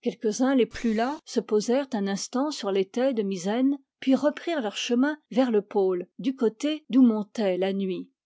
quelques-uns les plus las se posèrent un instant sur l'étai de misaine puis reprirent leur chemin vers le pôle du côté d'où montait la nuit